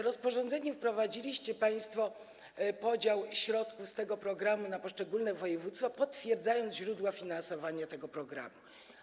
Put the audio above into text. Rozporządzeniem wprowadziliście państwo podział środków z tego programu na poszczególne województwa, potwierdzając źródła finansowania tego programu.